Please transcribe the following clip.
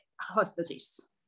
hostages